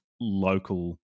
local